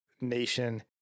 nation